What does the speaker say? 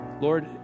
Lord